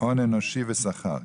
הון אנושי ושכר.